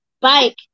bike